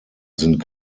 sind